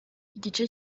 igice